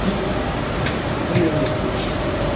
ఉంది సార్ ఉంది ఉంది